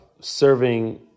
serving